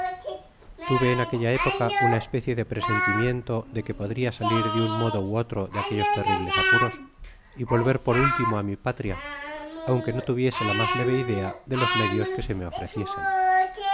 en aquella época una especie de presentimiento de que podria salir de un modo ú otro de aquellos terribles apuros y volver por último á mi patria aunqne no tuviese la mas leve idea de los medios que se me ofreciesen